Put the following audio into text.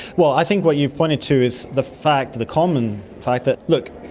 well i think what you've pointed to is the fact, the common fact, that look,